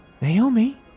Naomi